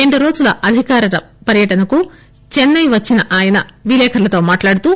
రెండు రోజుల అధికార పర్యటనకు చెన్నె వచ్చిన ఆయన విలేఖరులతో మాట్లాడుతూ